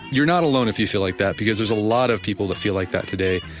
you are not alone if you feel like that because there is a lot of people that feel like that today.